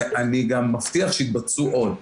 אני גם מבטיח שיתבצעו עוד.